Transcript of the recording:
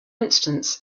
instance